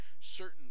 certain